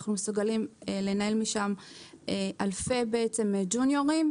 אנחנו מסוגלים לנהל משם אלפי ג'וניירים.